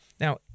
Now